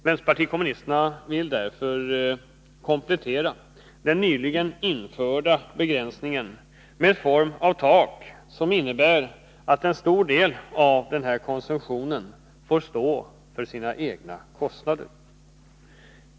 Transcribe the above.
Vpk vill därför komplettera den nyligen införda begränsningen med en form av tak, som innebär att en stor del av denna konsumtion fårstå för sina egna kostnader.